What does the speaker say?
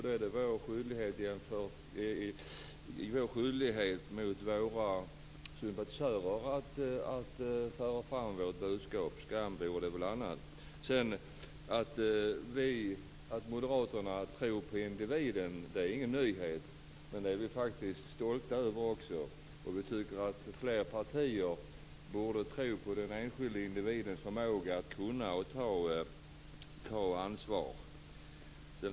Det är vår skyldighet gentemot våra sympatisörer att föra fram vårt budskap. Skam vore det väl annars. Att moderaterna tror på individen är ingen nyhet. Det är vi också stolta över. Vi tycker att fler partier borde tro på den enskilde individens förmåga att kunna ta ansvar.